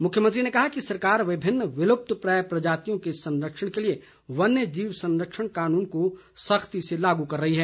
मुख्यमंत्री ने कहा कि सरकार विभिन्न विलुप्तप्राय प्रजातियों के संरक्षण के लिए वन्य जीव सरक्षंण कानून को सख्ती से लागू कर रही है